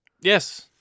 Yes